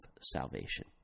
salvation